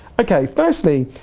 okay, firstly,